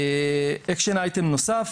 אקשן אייטם נוסף,